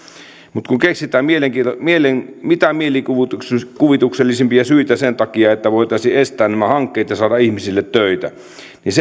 mutta kun keksitään mitä mielikuvituksellisimpia syitä sen takia että voitaisiin estää nämä hankkeet ja saada ihmisille töitä niin